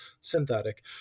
synthetic